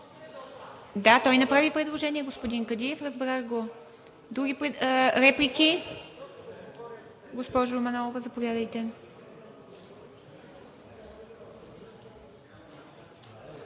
Да, той направи предложение господин Кадиев, разбрах го. Реплики? Госпожо Манолова, заповядайте.